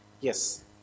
yes